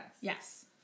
Yes